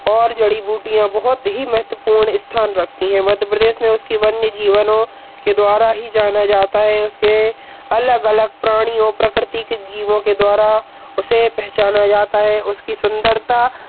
और जड़ी बूटियाँ बहुत ही महत्त्वपूर्ण स्थान रखती हैं मध्य प्रदेश में उसकी वन्य जीवनो के द्वारा ही जाना जाता है उसके अलग अलग प्राणियो प्रकृति की जीवों के द्वारा उसे पहचाना जाता है उसकी सुन्दरता